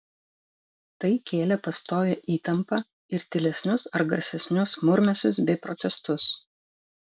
tai kėlė pastovią įtampą ir tylesnius ar garsesnius murmesius bei protestus